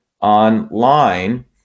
online